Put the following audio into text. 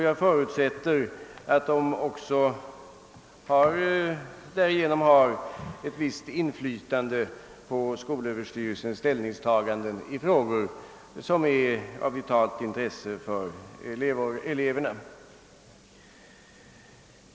Jag förutsätter att de också därigenom har ett visst inflytande på skolöverstyrelsens ställningstaganden i frågor som är av vitalt in tresse för eleverna.